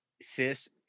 sis